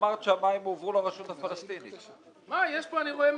מי נגד?